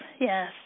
yes